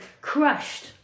crushed